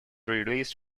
released